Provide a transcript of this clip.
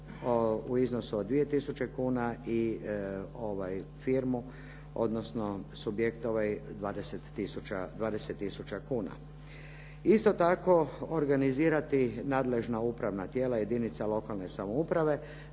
u iznosu od 2 tisuće kuna i firmu odnosno subjekt 20 tisuća kuna. Isto tako, organizirati nadležna upravna tijela jedinica lokalne samouprave